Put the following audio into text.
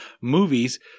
movies